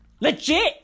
Legit